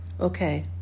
Okay